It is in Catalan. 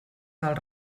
del